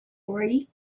worry